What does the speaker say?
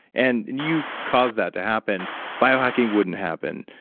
and you caused that to happen biohacking wouldn't happen.